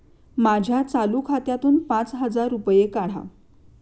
माझ्या चालू खात्यातून पाच हजार रुपये काढा